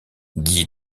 guy